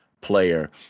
player